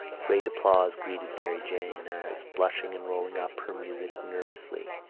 great applause greeted mary jane as, blushing and rolling up her music nervously,